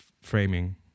framing